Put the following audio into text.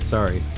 Sorry